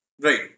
Right